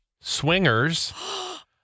swingers